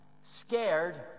Scared